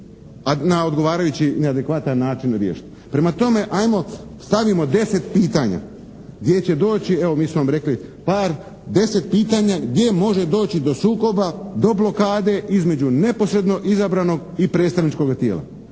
na odgovarajući, na adekvatan riješiti. Prema tome ajmo stavimo 10 pitanja gdje će doći, evo mi smo vam rekli par, 10 pitanja gdje može doći do sukoba, do blokade između neposredno izabranog i predstavničkoga tijela.